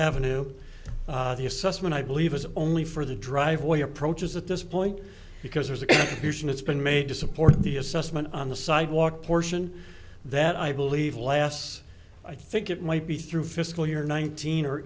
avenue the assessment i believe is only for the driveway approaches at this point because there's a fusion has been made to support the assessment on the sidewalk portion that i believe last i think it might be through fiscal year nineteen or